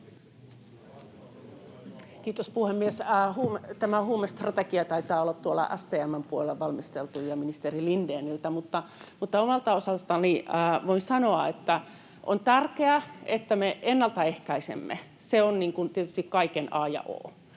Kiitos, puhemies! Tämä huumestrategia taitaa olla tuolla STM:n puolella valmisteltu ja ministeri Lindénillä, mutta omalta osaltani voin sanoa, että on tärkeää, että me ennaltaehkäisemme, se on tietysti kaiken a ja o.